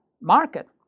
market